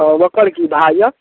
ओकर की भाव यऽ